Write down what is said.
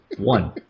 One